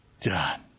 done